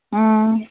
ꯎꯝ